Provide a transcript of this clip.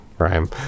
rhyme